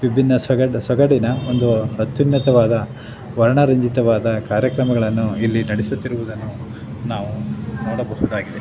ವಿಭಿನ್ನ ಸೊಗಡು ಸೊಗಡಿನ ಒಂದು ಅತ್ಯುನ್ನತವಾದ ವರ್ಣರಂಜಿತವಾದ ಕಾರ್ಯಕ್ರಮಗಳನ್ನು ಇಲ್ಲಿ ನಡೆಸುತ್ತಿರುವುದನ್ನು ನಾವು ನೋಡಬಹುದಾಗಿದೆ